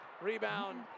Rebound